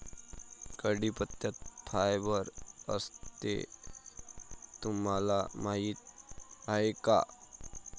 कढीपत्त्यात फायबर असते हे तुम्हाला माहीत आहे का?